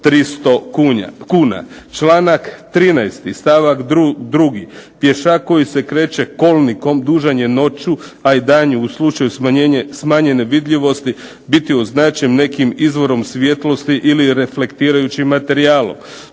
300 kuna. Članak 13. stavak 2. "Pješak koji se kreće kolnikom dužan je noću a i danju u slučaju smanjene vidljivosti biti označen nekim izvorom svjetlosti ili reflektirajućim materijalom",